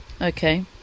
okay